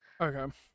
Okay